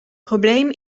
probleem